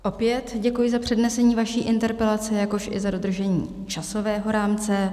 Opět děkuji za přednesení vaší interpelace, jakož i za dodržení časového rámce.